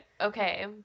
Okay